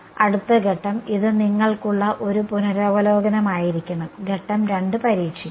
അടുത്ത ഘട്ടം ഇത് നിങ്ങൾക്കുള്ള ഒരു പുനരവലോകനമായിരിക്കണം ഘട്ടം 2 പരീക്ഷിക്കും